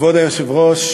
ואני רוצה לפתוח ולברך